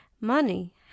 money